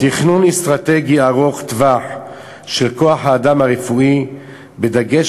תכנון אסטרטגי ארוך טווח של כוח-האדם הרפואי בדגש